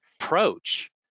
approach